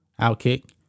outkick